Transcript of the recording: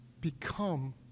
become